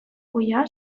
kuia